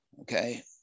Okay